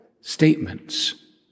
statements